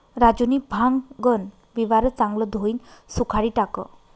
राजूनी भांगन बिवारं चांगलं धोयीन सुखाडी टाकं